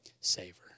savor